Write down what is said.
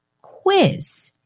quiz